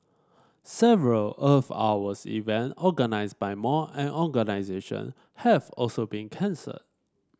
several Earth Hours event organised by mall and organisation have also been cancelled